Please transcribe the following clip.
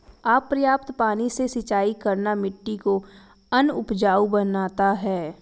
अपर्याप्त पानी से सिंचाई करना मिट्टी को अनउपजाऊ बनाता है